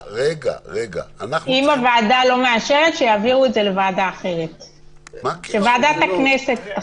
אם הוועדה לא מאשרת שיעבירו את זה לוועדה אחרת שוועדת הכנסת תחליט.